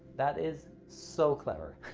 that is so clever.